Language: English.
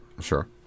sure